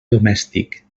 domèstic